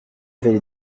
l’avez